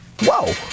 Whoa